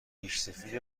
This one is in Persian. ریشسفید